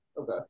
Okay